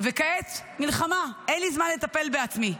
כעת, מלחמה, אין לי זמן לטפל בעצמי.